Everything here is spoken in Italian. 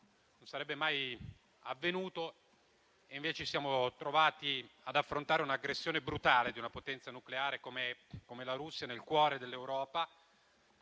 non sarebbe mai avvenuto, ci siamo trovati invece ad affrontare un'aggressione brutale di una potenza nucleare come la Russia nel cuore dell'Europa;